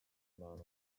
amount